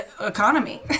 economy